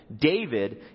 David